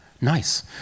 nice